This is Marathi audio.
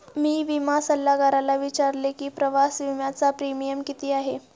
मी विमा सल्लागाराला विचारले की प्रवास विम्याचा प्रीमियम किती आहे?